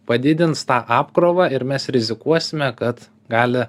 padidins tą apkrovą ir mes rizikuosime kad gali